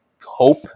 hope